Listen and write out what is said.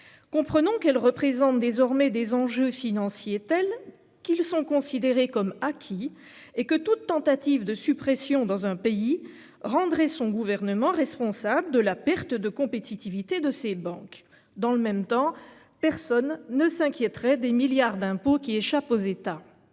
financiers sont désormais tels qu'ils sont considérés comme acquis et que toute tentative de suppression dans un pays rendrait son gouvernement responsable de la perte de compétitivité de ses banques. Dans le même temps, personne ne s'inquiéterait des milliards d'impôts qui échapperaient aux États